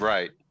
Right